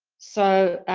so.